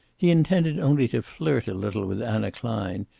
he intended only to flirt a little with anna klein,